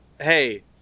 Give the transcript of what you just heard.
hey